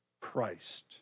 Christ